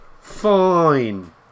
Fine